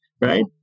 right